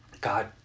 God